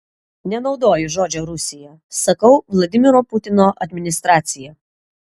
nenaudoju žodžio rusija sakau vladimiro putino administracija